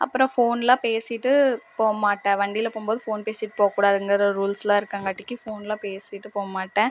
அப்புறம் ஃபோன்லாம் பேசிட்டு போகமாட்டேன் வண்டியில போகும்போது ஃபோன் பேசிகிட்டு போகக்கூடாதுங்கிற ரூல்ஸ்லாம் இருக்கங்காட்டிக்கு ஃபோன்லாம் பேசிட்டு போகமாட்டேன்